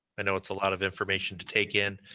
i know it's a lot of information to take in,